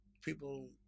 people